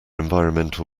environmental